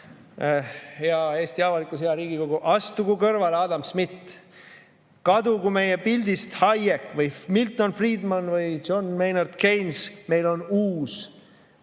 Hea Eesti avalikkus! Hea Riigikogu! Astugu kõrvale Adam Smith, kadugu meie pildist Hayek, Milton Friedman või John Maynard Keynes, meil on uus